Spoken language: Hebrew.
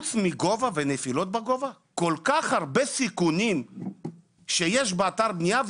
חוץ מגובה ונפילות בגובה יש כל כך הרבה סיכונים באתר בנייה,